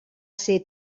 ser